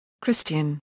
Christian